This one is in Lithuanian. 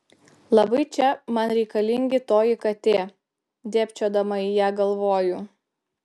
labai čia man reikalinga toji katė dėbčiodamas į ją galvoju